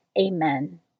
Amen